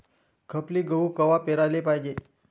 खपली गहू कवा पेराले पायजे?